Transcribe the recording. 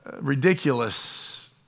ridiculous